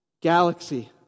Galaxy